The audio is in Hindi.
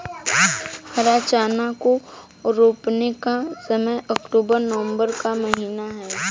हरा चना को रोपने का समय अक्टूबर नवंबर का महीना है